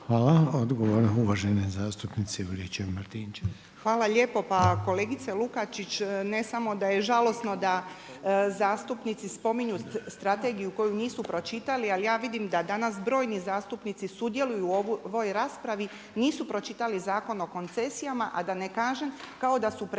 **Juričev-Martinčev, Branka (HDZ)** Hvala lijepo. Pa kolegice Lukačić, ne samo da je žalosno da zastupnici spominju strategiju koju nisu pročitali, ali ja vidim da danas brojni zastupnici sudjeluju u ovoj raspravi nisu pročitali Zakon o koncesijama, a da ne kažem kao da su prespavali